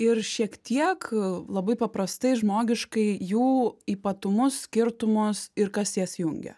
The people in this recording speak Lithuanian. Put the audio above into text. ir šiek tiek labai paprastai žmogiškai jų ypatumus skirtumus ir kas jas jungia